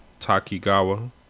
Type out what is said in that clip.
takigawa